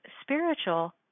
spiritual